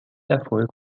erfolg